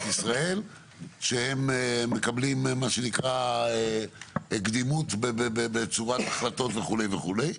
ישראל שהם מקבלים מה שנקרא קדימות בצורת החלטות וכו' וכו'.